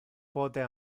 pote